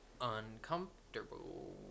uncomfortable